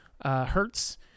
hertz